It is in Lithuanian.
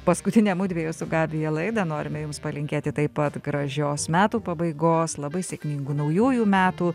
paskutinę mudviejų su gabija laidą norime jums palinkėti taip pat gražios metų pabaigos labai sėkmingų naujųjų metų